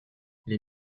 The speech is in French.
les